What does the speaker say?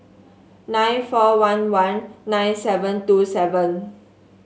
nine four one one nine seven two seven